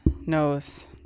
knows